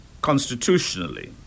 constitutionally